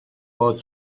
باهات